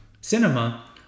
cinema